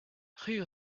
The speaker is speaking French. rue